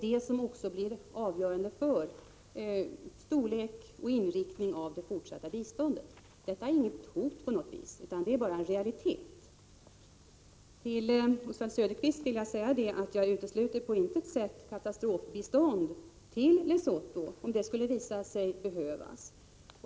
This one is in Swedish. Det blir också avgörande för storleken och inriktningen av det fortsatta biståndet. Detta är inte på något sätt ett hot — det är bara en realitet. Till Oswald Söderqvist vill jag säga att jag på intet sätt utesluter katastrofbistånd till Lesotho, om det skulle visa sig behövas.